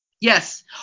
Yes